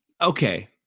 Okay